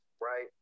right